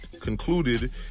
concluded